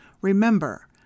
Remember